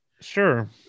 sure